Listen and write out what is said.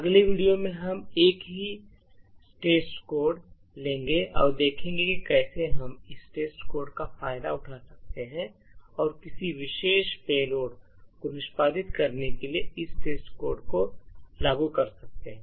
अगले वीडियो में हम एक ही टेस्टकोड लेंगे और देखेंगे कि कैसे हम इस टेस्ट कोड का फायदा उठा सकते हैं और किसी विशेष पेलोड को निष्पादित करने के लिए इस टेस्ट कोड को लागू कर सकते हैं